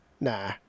Nah